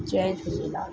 Jay Jhulelal